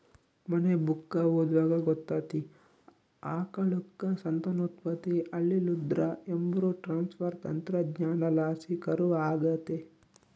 ಮನ್ನೆ ಬುಕ್ಕ ಓದ್ವಾಗ ಗೊತ್ತಾತಿ, ಆಕಳುಕ್ಕ ಸಂತಾನೋತ್ಪತ್ತಿ ಆಲಿಲ್ಲುದ್ರ ಎಂಬ್ರೋ ಟ್ರಾನ್ಸ್ಪರ್ ತಂತ್ರಜ್ಞಾನಲಾಸಿ ಕರು ಆಗತ್ತೆ